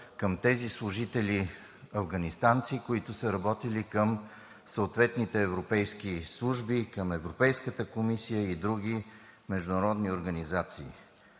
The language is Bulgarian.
към тези служители – афганистанци, които са работили към съответните европейски служби, към Европейската комисия и други международни организации.